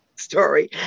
Story